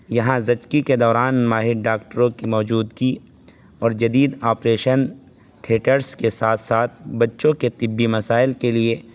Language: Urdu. یہاں زچگی کے دوران ماہر ڈاکٹروں کی موجودگی اور جدید آپریشن تھیٹرس کے ساتھ ساتھ بچوں کے طبی مسائل کے لیے